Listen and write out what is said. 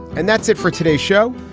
and that's it for today's show.